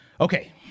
Okay